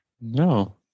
No